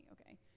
okay